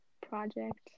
project